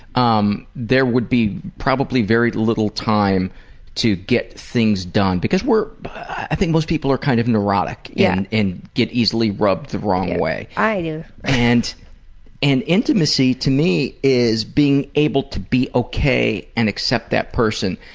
um there would be probably very little time to get things done. because we're i think most people are kind of neurotic yeah and and get easily rubbed the wrong way. i do. and and intimacy, to me, is being able to be ok and accept that person.